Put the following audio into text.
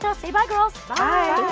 so say bye girls. bye.